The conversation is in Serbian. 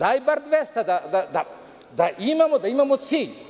Daj bar 200 da imamo, da imamo cilj.